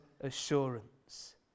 assurance